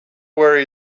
where